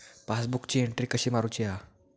पासबुकाची एन्ट्री कशी मारुची हा?